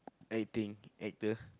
I think actor